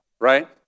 right